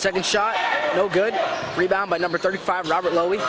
second shot no good rebound at number thirty five robert lowe we